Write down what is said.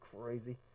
crazy